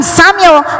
samuel